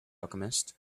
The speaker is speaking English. alchemist